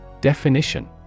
Definition